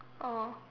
oh